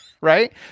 Right